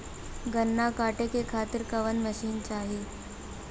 गन्ना कांटेके खातीर कवन मशीन चाही?